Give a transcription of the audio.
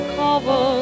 cover